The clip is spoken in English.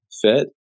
fit